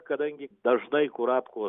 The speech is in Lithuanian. kadangi dažnai kurapkos